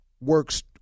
works